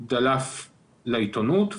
דלף לעיתונות.